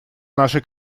наши